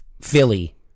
Philly